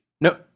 No